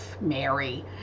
Mary